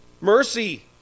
mercy